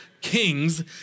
kings